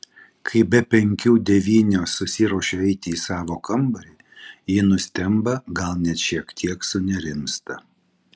kai be penkių devynios susiruošiu eiti į savo kambarį ji nustemba gal net šiek tiek sunerimsta